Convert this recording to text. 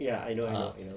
ya I know I know I know